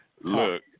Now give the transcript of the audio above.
Look